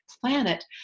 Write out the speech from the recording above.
planet